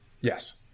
Yes